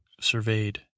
surveyed